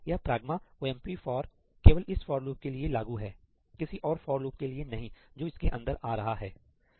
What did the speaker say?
यह ' pragma omp for' केवल इस फॉर लूप के लिए लागू है किसी और फॉर लूप के लिए नहीं जो इसके अंदर आ रहा है